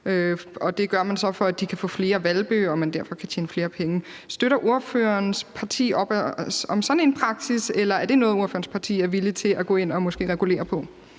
og det gør man så, for at de kan få flere hvalpe og man derfor kan tjene flere penge. Støtter ordførerens parti op om sådan en praksis? Eller er det noget, som ordførerens parti måske er villig til at gå ind og regulere